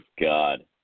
God